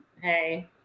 hey